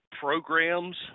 Programs